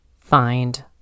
Find